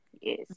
Yes